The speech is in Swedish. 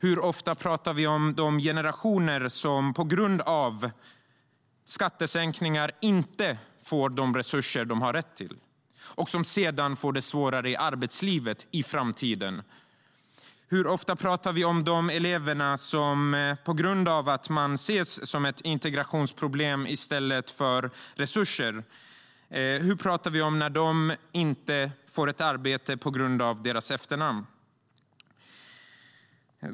Hur ofta pratar vi om de generationer som på grund av skattesänkningar inte får de resurser som de har rätt till och som får det svårare i arbetslivet i framtiden? Hur ofta pratar vi om de elever som, på grund av att de ses som integrationsproblem i stället för resurser, inte får arbete på grund av sina efternamn? Herr talman!